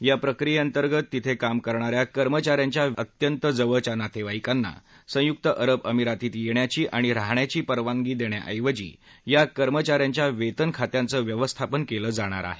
या प्रक्रियेअंतर्गत तिथे काम करणाऱ्या कर्मचाऱ्यांच्या अत्यंत जवळच्या नातेवाईकांना संयुक्त अरब अमिरातीत येण्याची आणि राहण्याची परवानगी देण्याऐवजी या कर्मचाऱ्यांच्या वेतन खात्यांचं व्यवस्थापन केलं जाणार आहे